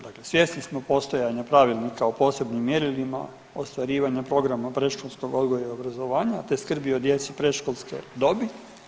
Dakle, svjesni smo postojanja Pravilnika o posebnim mjerilima ostvarivanja programa predškolskog odgoja i obrazovanja, te skrbi o djeci predškolske dobi.